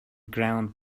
ground